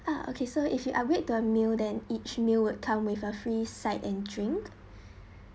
ah okay so if you upgrade the meal than each meal would come with a free side and drink